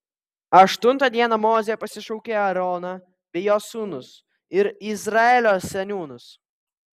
aštuntą dieną mozė pasišaukė aaroną bei jo sūnus ir izraelio seniūnus